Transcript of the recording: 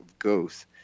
Ghosts